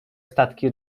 statki